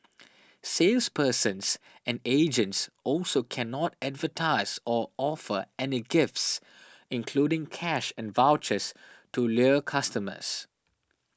salespersons and agents also cannot advertise or offer any gifts including cash and vouchers to lure customers